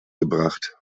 gebracht